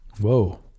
Whoa